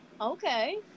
Okay